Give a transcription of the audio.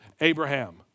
Abraham